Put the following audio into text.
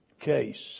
case